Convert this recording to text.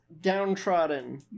downtrodden